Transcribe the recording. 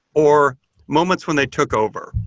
or moments when they took over.